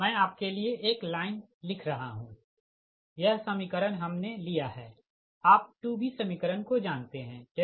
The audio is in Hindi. मैं आपके लिए एक लाइन लिख रहा हूँ यह समीकरण हमने लिया है आप 2 b समीकरण को जानते है VZBUSCf